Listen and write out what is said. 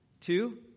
Two